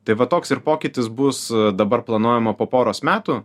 tai va toks ir pokytis bus dabar planuojama po poros metų